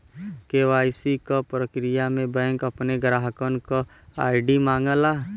KYC क प्रक्रिया में बैंक अपने ग्राहकन क आई.डी मांगला